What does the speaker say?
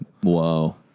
Whoa